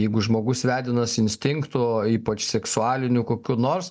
jeigu žmogus vedinas instinkto ypač seksualinių kokių nors